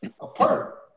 apart